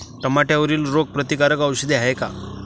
टमाट्यावरील रोग प्रतीकारक औषध हाये का?